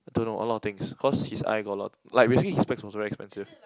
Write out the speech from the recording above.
I don't know a lot of things cause his eye got a lot like basically his specs was very expensive